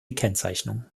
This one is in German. kennzeichnung